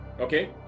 Okay